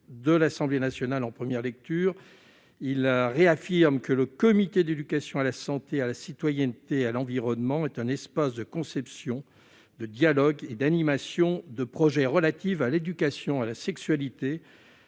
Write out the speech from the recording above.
de l'Assemblée nationale. Il tend à réaffirmer que le comité d'éducation à la santé, à la citoyenneté et à l'environnement est un espace de conception, de dialogue et d'animation de projets relatifs à l'éducation à la sexualité,